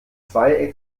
zwei